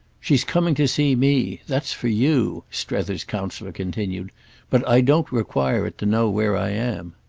she's coming to see me that's for you, strether's counsellor continued but i don't require it to know where i am.